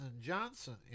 Johnson